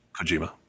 Kojima